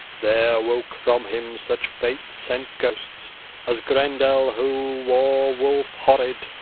there woke from him such fate-sent ghosts as grendel, who, war-wolf horrid,